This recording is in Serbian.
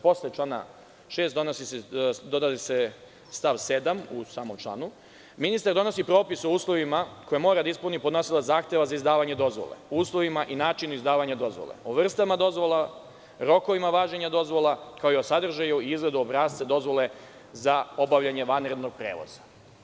Posle člana 6. dodaje se stav 7. u samom članu – ministar donosi propis o uslovima koje mora da ispuni podnosilac zahteva za izdavanje dozvole, o uslovima i načinu izdavanja dozvole, o vrstama dozvola, rokovima važenja dozvola, kao i o sadržaju i izgledu obrasca dozvole za obavljanje vanrednog prevoza.